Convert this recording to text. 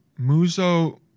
Muzo